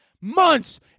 months